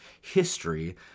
history